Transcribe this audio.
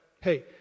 hey